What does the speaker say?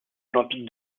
olympique